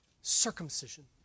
circumcision